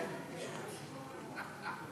נחכה,